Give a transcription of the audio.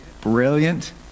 Brilliant